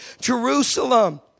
Jerusalem